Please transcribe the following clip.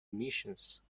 missions